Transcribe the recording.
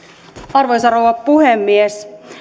arvoisa rouva puhemies